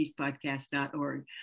peacepodcast.org